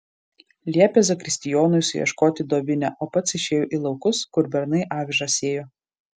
liepė zakristijonui suieškoti dovinę o pats išėjo į laukus kur bernai avižas sėjo